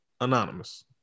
Anonymous